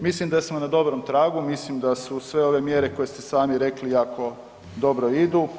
Mislim da smo na dobrom tragu, mislim da su sve ove mjere koje ste sami rekli jako dobro idu.